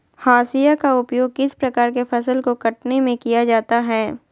हाशिया का उपयोग किस प्रकार के फसल को कटने में किया जाता है?